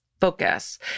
focus